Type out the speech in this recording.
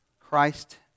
christ